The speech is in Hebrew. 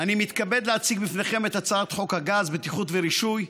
אני מתכבד להציג לפניכם את הצעת חוק הגז (בטיחות ורישוי)